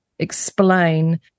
explain